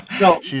no